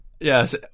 Yes